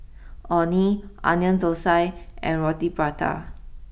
Orh Nee Onion Thosai and Roti Prata